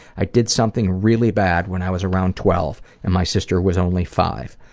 i did something really bad when i was around twelve and my sister was only five.